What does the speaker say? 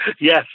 Yes